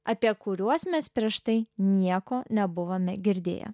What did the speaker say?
apie kuriuos mes prieš tai nieko nebuvome girdėję